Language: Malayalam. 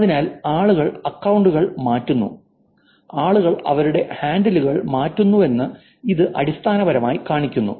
അതിനാൽ ആളുകൾ അക്കൌണ്ടുകൾ മാറ്റുന്നു ആളുകൾ അവരുടെ ഹാൻഡിലുകൾ മാറ്റുന്നുവെന്ന് ഇത് അടിസ്ഥാനപരമായി കാണിക്കുന്നു